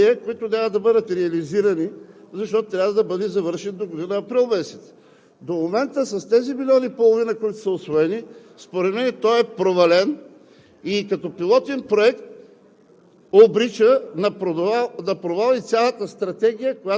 Та, господин Димитров, този проект от онези ли е, които трябва да бъдат реализирани, защото трябва да бъде завършен догодина през април месец? До момента с тези милион и половина, които са усвоени, той е провален и като пилотен проект